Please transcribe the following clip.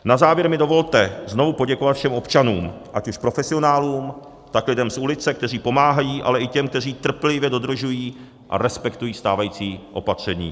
Na závěr mi dovolte znovu poděkovat všem občanům, ať už profesionálům, tak lidem z ulice, kteří pomáhají, ale i těm, kteří trpělivě dodržují a respektují stávající opatření.